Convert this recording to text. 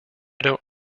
don’t